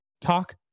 Talk